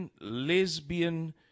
lesbian